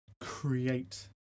create